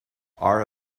are